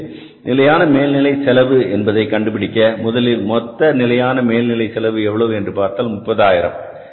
எனவே நிலையான மேல்நிலை செலவு என்பதை கண்டுபிடிக்க முதலில் மொத்த நிலையான மேல்நிலை செலவு எவ்வளவு என்று பார்த்தால் 30000